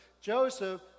Joseph